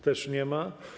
Też nie ma.